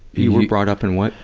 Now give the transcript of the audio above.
you were brought up in what?